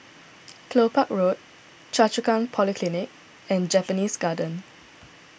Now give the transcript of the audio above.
Kelopak Road Choa Chu Kang Polyclinic and Japanese Garden